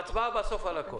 ההצבעה בסוף על הכול.